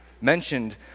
mentioned